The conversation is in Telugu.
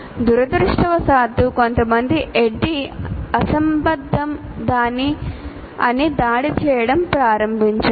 దురదృష్టవశాత్తు కొంతమంది ADDIE అసంబద్ధం అని దాడి చేయడం ప్రారంభించారు